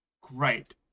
Great